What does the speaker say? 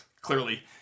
Clearly